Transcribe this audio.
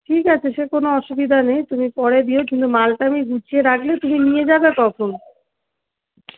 ঠিক আছে সে কোনো অসুবিধা নেই তুমি পরে দিও কিন্তু মালটা আমি গুছিয়ে রাখলে তুমি নিয়ে যাবে কখন